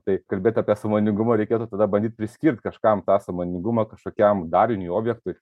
tai kalbėt apie sąmoningumą reikėtų tada bandyt priskirt kažkam tą sąmoningumą kažkokiam dariniui objektui